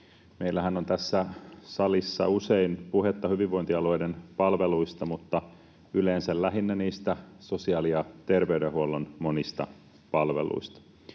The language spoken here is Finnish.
Meillähän on tässä salissa usein puhetta hyvinvointialueiden palveluista mutta yleensä lähinnä niistä sosiaali- ja terveydenhuollon monista palveluista.